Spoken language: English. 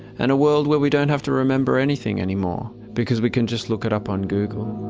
and a world where we don't have to remember anything anymore, because we can just look it up on google.